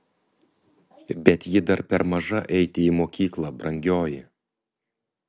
bet ji dar per maža eiti į mokyklą brangioji